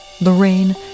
Lorraine